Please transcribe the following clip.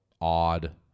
odd